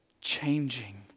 changing